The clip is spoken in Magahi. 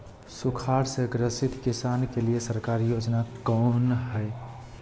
सुखाड़ से ग्रसित किसान के लिए सरकारी योजना कौन हय?